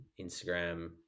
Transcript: Instagram